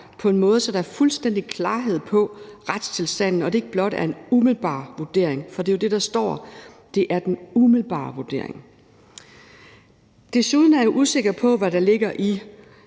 på en måde, så der er fuldstændig klarhed i forhold til retstilstanden og det ikke blot er en umiddelbar vurdering. For det er jo det, der står, altså at det er den umiddelbare vurdering. Desuden er jeg usikker på, hvad der ligger i,